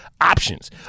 options